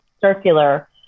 circular